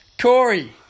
Corey